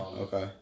Okay